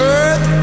earth